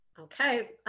Okay